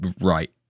right